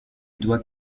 dois